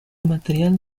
material